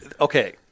Okay